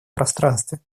пространстве